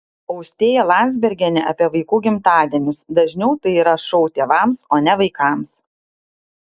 austėja landsbergienė apie vaikų gimtadienius dažniau tai yra šou tėvams o ne vaikams